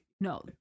No